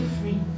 free